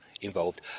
involved